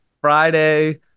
Friday